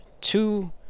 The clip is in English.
two